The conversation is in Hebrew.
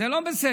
זה לא בסדר,